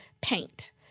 paint